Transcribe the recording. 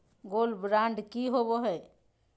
Gold bond की होबो है?